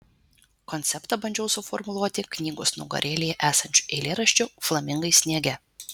konceptą bandžiau suformuluoti knygos nugarėlėje esančiu eilėraščiu flamingai sniege